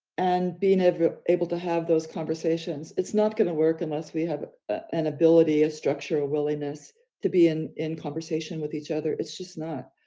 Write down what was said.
and being able to have those conversations, it's not going to work unless we have an ability, a structure or a willingness to be in in conversation with each other. it's just not.